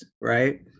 right